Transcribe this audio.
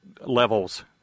levels